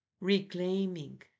Reclaiming